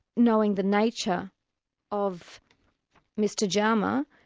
knowing the nature of mr jama.